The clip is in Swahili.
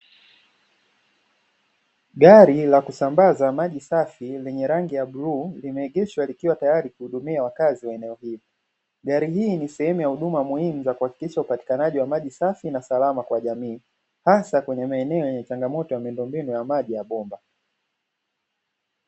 Gari la kusambaza maji safi lenye rangi ya bluu, limeegeshwa likiwa tayari kuhudumia wakazi wa eneo hilo; gari hili ni sehemu ya huduma muhimu za kuhakikisha upatikanaji wa maji safi na salama kwa jamii, asa kwenye maeneo yenye changamoto ya miundo mbinu wa maji ya bomba.